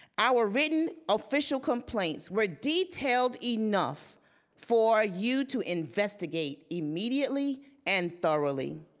our written official complaints were detailed enough for you to investigate immediately and thoroughly.